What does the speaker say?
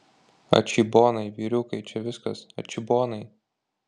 atšybonai vyriukai čia viskas atšybonai